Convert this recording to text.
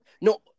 No